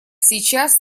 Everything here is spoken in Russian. сейчас